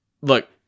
look